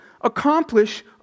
accomplish